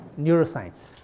neuroscience